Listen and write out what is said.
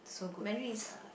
Mandarin is uh